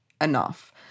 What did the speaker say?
enough